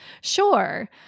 Sure